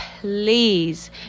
please